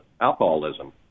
alcoholism